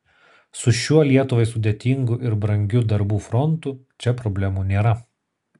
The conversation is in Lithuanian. su šiuo lietuvai sudėtingu ir brangiu darbų frontu čia problemų nėra